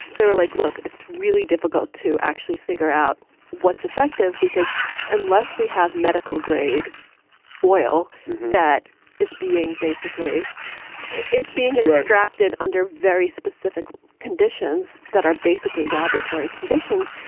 they were like, look, it's really difficult to actually figure out what's effective because unless we have medical grade oil that is being basically is being extracted under very specific conditions that are basically laboratory conditions,